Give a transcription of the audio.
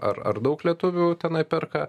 ar ar daug lietuvių tenai perka